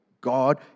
God